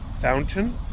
fountain